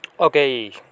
Okay